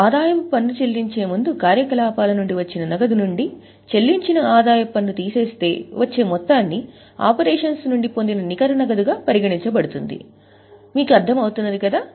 ఆదాయపు పన్ను చెల్లించే ముందు కార్యకలాపాల నుండి వచ్చిన నగదు నుండి చెల్లించిన ఆదాయపు పన్ను తీసేస్తే వచ్చే మొత్తాన్ని ఆపరేషన్స్ నుండి పొందిన నికర నగదుగా పరిగణించబడుతుంది మీకు అర్థం అవుతుంది కదా